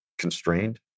constrained